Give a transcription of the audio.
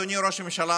אדוני ראש הממשלה,